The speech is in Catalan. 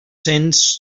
cents